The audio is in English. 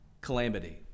calamity